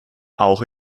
auch